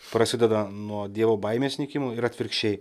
prasideda nuo dievo baimės nykimo ir atvirkščiai